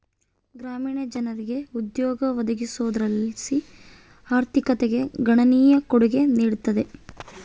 ಗ್ರಾಮೀಣ ಜನರಿಗೆ ಉದ್ಯೋಗ ಒದಗಿಸೋದರ್ಲಾಸಿ ಆರ್ಥಿಕತೆಗೆ ಗಣನೀಯ ಕೊಡುಗೆ ನೀಡುತ್ತದೆ